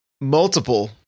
multiple